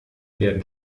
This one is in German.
werden